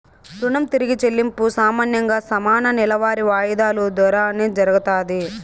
రుణం తిరిగి చెల్లింపు సామాన్యంగా సమాన నెలవారీ వాయిదాలు దోరానే జరగతాది